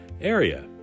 area